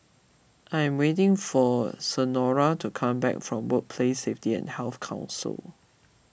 I am waiting for Senora to come back from Workplace Safety and Health Council